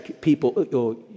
people